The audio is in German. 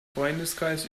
freundeskreis